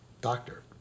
doctor